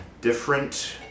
different